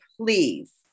please